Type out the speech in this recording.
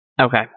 Okay